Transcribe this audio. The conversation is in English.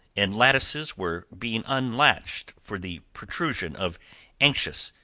and lattices were being unlatched for the protrusion of anxious,